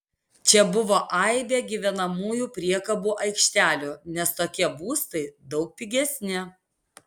čia buvo aibė gyvenamųjų priekabų aikštelių nes tokie būstai daug pigesni